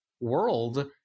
world